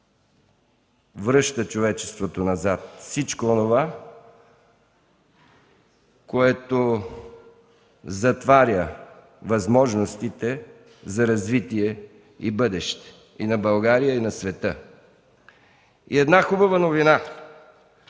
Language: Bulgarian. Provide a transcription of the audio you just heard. връща човечеството назад, всичко онова, което затваря възможностите за развитие и бъдеще и на България, и на света. И една хубава новина